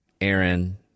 Aaron